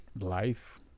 Life